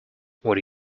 would